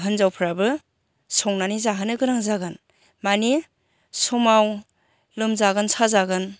हिन्जावफ्राबो संनानै जाहोनो गोनां जागोन मानि समाव लोमजागोन साजागोन